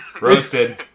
Roasted